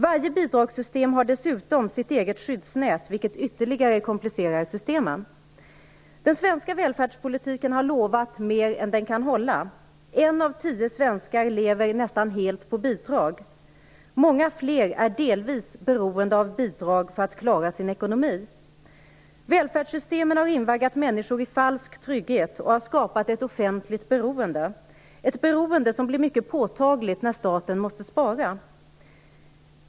Varje bidragssystem har dessutom sitt eget skyddsnät, något som ytterligare komplicerar systemen. Den svenska välfärdspolitiken har lovat mer än den kan hålla. En svensk av tio lever nästan helt på bidrag. Många fler är delvis beroende av bidrag för att klara sin ekonomi. Välfärdssystemen har invaggat människor i falsk trygghet. De har skapat ett offentligt beroende som blir mycket påtagligt när staten måste spara.